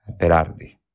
Berardi